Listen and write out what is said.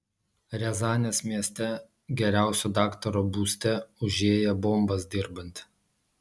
riazanės mieste geriausio daktaro būste užėję bombas dirbant